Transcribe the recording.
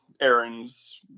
errands